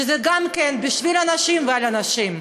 שזה גם כן בשביל אנשים ועל אנשים.